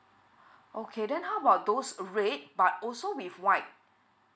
okay then how about those red but also with white